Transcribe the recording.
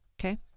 okay